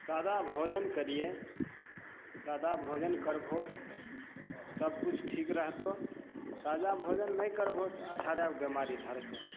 सादा भोजन करियै सादा भोजन करबहो सब किछु ठीक रहतऽ सादा भोजन नहि करबहो तऽ अठारह गो बीमारी धरतऽ